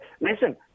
Listen